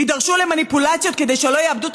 יידרשו למניפולציות כדי שלא יאבדו את